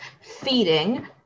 feeding